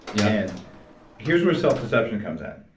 yeah and here's where self deception comes in.